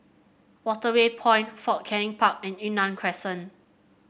Waterway Point Fort Canning Park and Yunnan Crescent